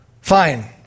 Fine